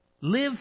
Live